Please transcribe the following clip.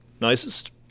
nicest